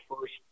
first